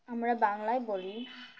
আমরা বাংলায় বলি